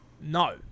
no